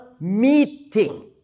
Meeting